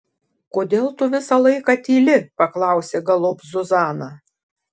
kodėl tu visą laiką tyli paklausė galop zuzana